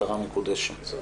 מטרה מקודשת.